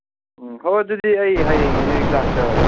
ꯎꯝ ꯍꯣꯏ ꯑꯗꯨꯗꯤ ꯑꯩ ꯍꯌꯦꯡꯁꯦ ꯂꯥꯛꯆꯔꯒꯦ